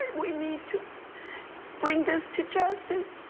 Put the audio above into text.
we need to bring this to justice.